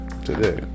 Today